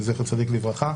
זכר צדיק לברכה.